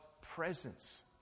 presence